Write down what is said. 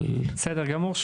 בסדר גמור,